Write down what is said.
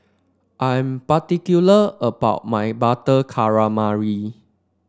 I am particular about my Butter Calamari